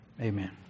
Amen